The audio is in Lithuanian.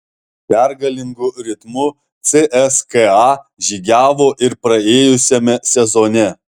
pergalingu ritmu cska žygiavo ir praėjusiame sezone